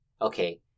okay